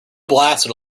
blasted